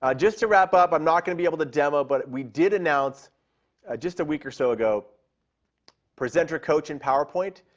ah just to wrap up, i'm not going to be able to demo it but we did announce just a week or so ago presenter coach in powerpoint.